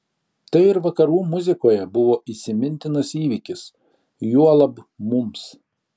tai ir vakarų muzikoje buvo įsimintinas įvykis juolab mums